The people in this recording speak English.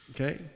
Okay